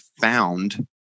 found